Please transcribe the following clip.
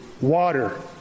water